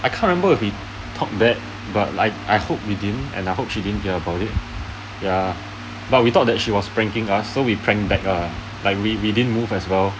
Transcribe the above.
I can't remember if we talked bad but I I hope we didn't and I hope she didn't hear about it ya but we thought that she was pranking us so we pranked back lah like we we didn't move as well